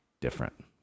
different